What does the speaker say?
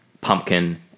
pumpkin